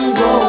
go